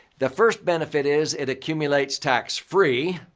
the first benefit is it accumulates tax-free.